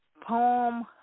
Poem